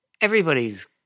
everybody's